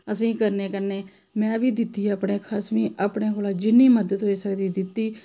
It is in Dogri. असें गी करने कन्नै में बी दित्ती अपने खसमै गी अपने कोला जिन्नी मदद होई सकदी दित्ती